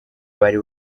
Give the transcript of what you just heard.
bari